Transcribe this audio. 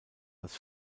das